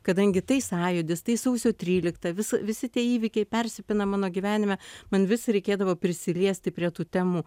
kadangi tai sąjūdis tai sausio trylikta vis visi tie įvykiai persipina mano gyvenime man vis reikėdavo prisiliesti prie tų temų